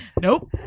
Nope